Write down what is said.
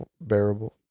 bearable